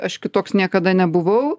aš kitoks niekada nebuvau